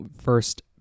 first